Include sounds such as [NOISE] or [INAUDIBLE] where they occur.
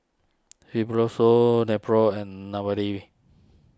Fibrosol Nepro and [UNINTELLIGIBLE]